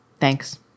Thanks